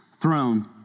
throne